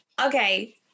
Okay